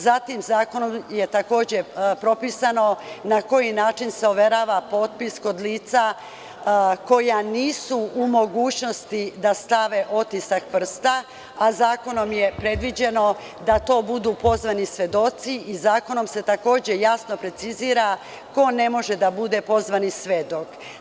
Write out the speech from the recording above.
Zatim, zakonom je takođe propisano na koji način se overava potpis kod lica koja nisu u mogućnosti da stave otisak prsta, a zakonom je predviđeno da to budu pozvani svedoci i zakonom se takođe jasno precizira ko ne može da bude pozvani svedok.